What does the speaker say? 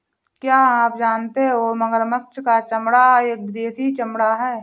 क्या आप जानते हो मगरमच्छ का चमड़ा एक विदेशी चमड़ा है